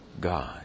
God